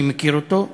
אני מכיר אותו,